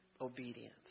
obedience